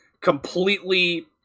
completely